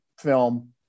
film